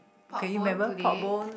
pork bone today